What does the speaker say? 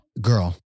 Girl